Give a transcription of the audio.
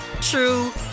true